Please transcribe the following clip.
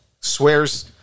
Swears